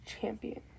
champion